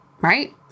right